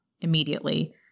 immediately